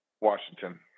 Washington